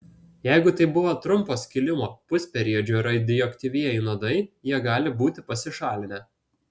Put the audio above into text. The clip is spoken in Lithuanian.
jeigu tai buvo trumpo skilimo pusperiodžio radioaktyvieji nuodai jie gali būti pasišalinę